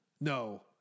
No